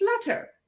flutter